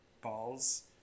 balls